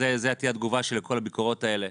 וזו תהיה התגובה שלי לכל הביקורות האלה